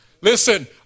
Listen